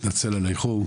אני מתנצל על האיחור.